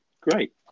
great